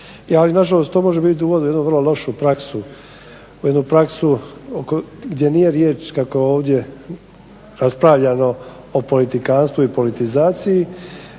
Ali na žalost to može biti uvod u jednu vrlo lošu praksu, u jednu praksu gdje nije riječ kako je ovdje raspravljano o politikanstvu i politizaciji,